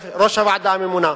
ראש הוועדה הממונה.